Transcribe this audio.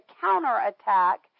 counterattack